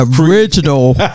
original